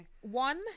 one